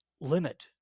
limit